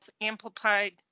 amplified